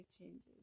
changes